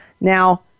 Now